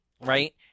Right